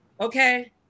Okay